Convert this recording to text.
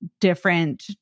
different